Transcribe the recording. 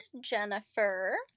Jennifer